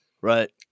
Right